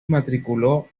matriculó